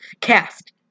Cast